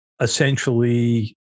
essentially